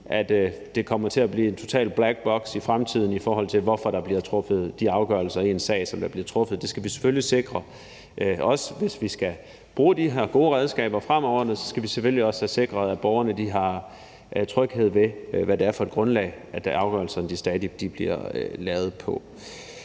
fremtiden kommer til at blive en totalt sort boks, i forhold til hvorfor der bliver truffet de afgørelser i en sag, som der bliver truffet. Der skal vi selvfølgelig, hvis vi skal bruge de her gode redskaber fremover, også have sikret, at borgerne stadig har en tryghed ved, hvad det er for et grundlag afgørelserne bliver lavet på.